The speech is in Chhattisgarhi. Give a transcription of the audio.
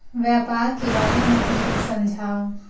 व्यापार के बारे म कुछु समझाव?